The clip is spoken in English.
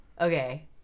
okay